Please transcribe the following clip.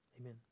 Amen